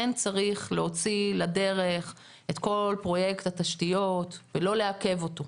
כן צריך להוציא לדרך את כל פרויקט התשתיות ולא לעכב אותו.